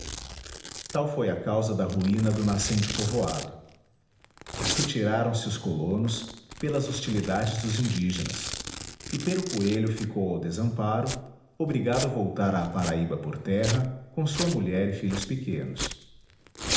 tal foi a causa da ruína do nascente povoado retiraram-se os colonos pelas hostilidades dos indígenas e pero coelho ficou ao desamparo obrigado a voltar à paraíba por terra com sua mulher e filhos pequenos